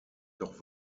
doch